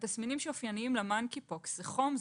התסמינים שאופייניים ל-monkeypox הם: חום,